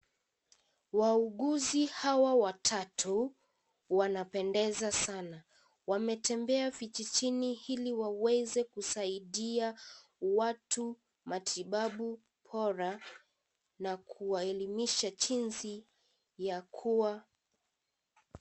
Wauguzi hawa watatu wanapendeza sana, wametembea vijijini ili waweze kusaidia watu matibabu bora na kuwaelimisha jinsi ya kuwa.